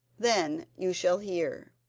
then you shall hear